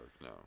no